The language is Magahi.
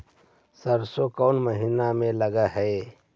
सरसों कोन महिना में लग है?